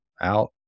out